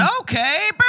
Okay